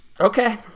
Okay